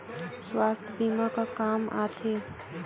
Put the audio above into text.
सुवास्थ बीमा का काम आ थे?